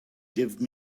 give